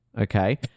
Okay